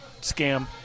scam